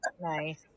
Nice